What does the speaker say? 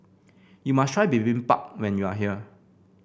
you must try Bibimbap when you are here